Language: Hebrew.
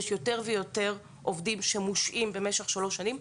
יש יותר ויותר עובדים שמושעים במשך שלוש שנים.